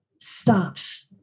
stops